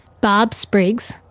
barb spriggs,